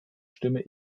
stimme